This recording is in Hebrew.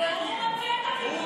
אין הסכמות,